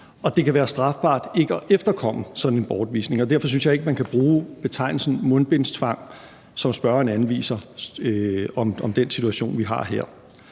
det kan være strafbart ikke at efterkomme sådan en bortvisning. Derfor synes jeg ikke, man kan bruge betegnelsen mundbindstvang, som spørgeren anvender, om den situation, vi har her.